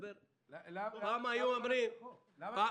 מה אומר החוק?